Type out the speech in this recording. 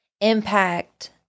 impact